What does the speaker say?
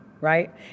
right